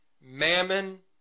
Mammon